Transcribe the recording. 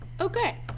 Okay